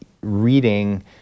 reading